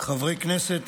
חברי כנסת